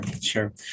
sure